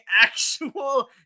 actual